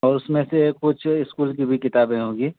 اور اس میں سے کچھ اسکول کی بھی کتابیں ہوں گی